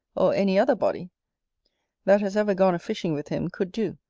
or any other body that has ever gone a-fishing with him, could do,